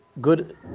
good